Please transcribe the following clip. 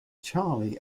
charlie